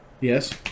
Yes